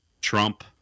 Trump